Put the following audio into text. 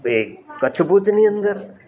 હવે કચ્છ ભુજની અંદર